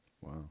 Wow